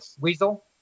weasel